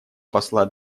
посла